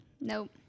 Nope